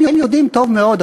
הם יודעים טוב מאוד,